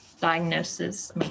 diagnosis